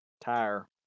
tire